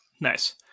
Nice